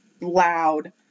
loud